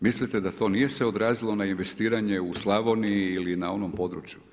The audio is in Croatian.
Mislite da to nije se odrazilo na investiranje u Slavoniji ili na onom području?